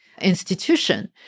institution